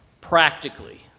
practically